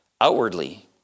outwardly